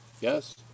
yes